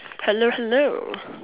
hello hello